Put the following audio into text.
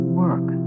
work